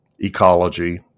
ecology